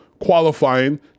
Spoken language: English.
qualifying